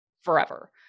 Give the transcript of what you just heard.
forever